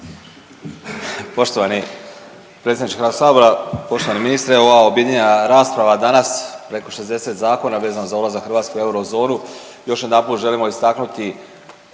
Poštovani predsjedniče HS, poštovani ministre, ova objedinjena rasprava danas preko 60 zakona vezano za ulazak Hrvatske u eurozonu još jedanput želimo istaknuti